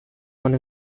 one